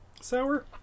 sour